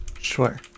Sure